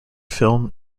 film